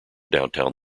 downtown